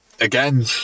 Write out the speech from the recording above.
again